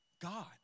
God